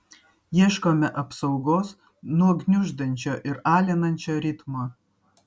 ieškome apsaugos nuo gniuždančio ir alinančio ritmo